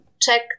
check